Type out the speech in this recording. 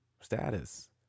status